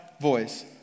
voice